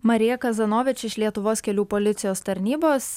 marija kazanovič iš lietuvos kelių policijos tarnybos